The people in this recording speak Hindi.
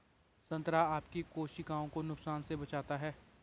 संतरा आपकी कोशिकाओं को नुकसान से बचाता है